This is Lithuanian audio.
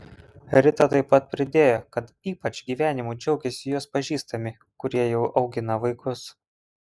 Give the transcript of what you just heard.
rita taip pat pridėjo kad ypač gyvenimu džiaugiasi jos pažįstami kurie jau augina vaikus